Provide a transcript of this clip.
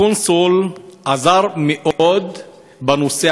הקונסול עזר מאוד בנושא,